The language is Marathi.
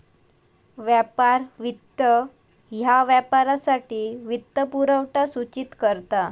व्यापार वित्त ह्या व्यापारासाठी वित्तपुरवठा सूचित करता